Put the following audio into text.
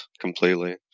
completely